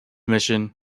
mission